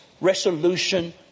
resolution